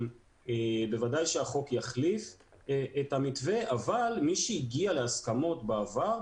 בוודאי שהחוק יחליף את המתווה אבל מי שהגיע להסכמות בעבר,